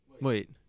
Wait